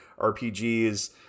RPGs